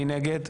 מי נגד?